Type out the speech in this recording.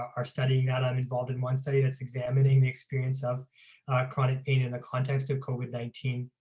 are studying that i'm involved in one study, that's examining the experience of chronic pain in the context of covid nineteen,